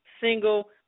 single